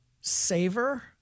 savor